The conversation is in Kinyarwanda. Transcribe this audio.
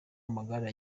amagare